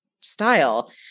style